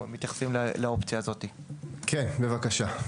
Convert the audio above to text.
כן, בבקשה.